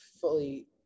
fully